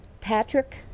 Patrick